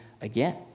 again